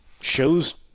shows